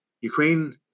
Ukraine